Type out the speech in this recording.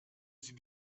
sie